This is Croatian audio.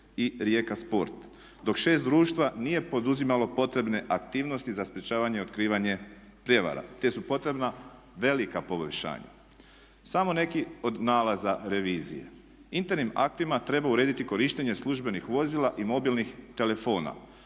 i Rijeka Sport. Dok 6 društva nije poduzimalo potrebne aktivnosti za sprječavanje i otkrivanje prijevara te su potrebna velika poboljšanja. Samo neki od nalaza revizije. Internim aktima treba urediti korištenje službenih vozila i mobilnih telefona